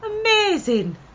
Amazing